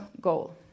goal